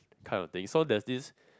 kind of thing so there's this